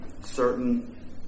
certain